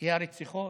היא הרציחות,